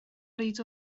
bryd